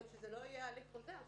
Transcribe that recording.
שזה לא יהיה הליך חוזר,